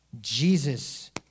Jesus